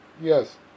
Yes